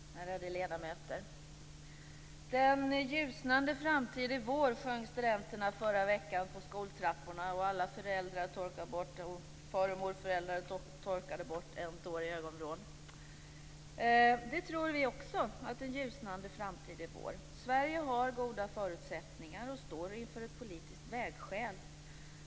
Fru talman! Ärade ledamöter! Den ljusnande framtid är vår, sjöng studenterna förra veckan på skoltrapporna, och alla föräldrar och far och morföräldrar torkade bort en tår i ögonvrån. Vi tror också att den ljusnande framtid är vår. Sverige har goda förutsättningar och står inför ett politiskt vägskäl.